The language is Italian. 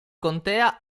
contea